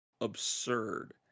absurd